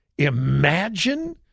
Imagine